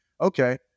okay